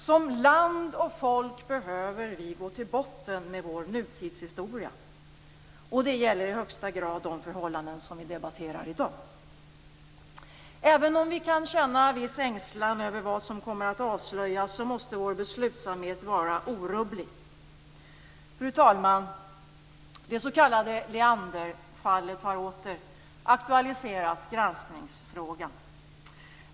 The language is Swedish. Som land och folk behöver vi gå till botten med vår nutidshistoria. Det gäller i högsta grad de förhållanden som vi debatterar i dag. Även om vi kan känna viss ängslan över vad som kan komma att avslöjas måste vår beslutsamhet vara orubblig. Fru talman! Det s.k. Leanderfallet har åter aktualiserat granskningsfrågan.